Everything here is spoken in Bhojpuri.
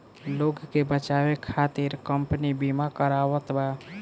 लोग के बचावे खतिर कम्पनी बिमा करावत बा